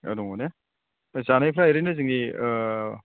औ दङ ने ओमफ्राय जानायफ्रा ओरैनो जोंनि